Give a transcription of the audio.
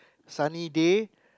sunny day